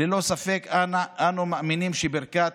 ללא ספק אנו מאמינים שברכת